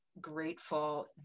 grateful